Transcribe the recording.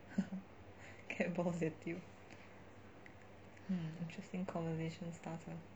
cat balls 也丢 hmm interesting conversation starter